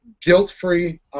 guilt-free